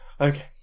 Okay